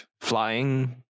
flying